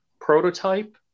prototype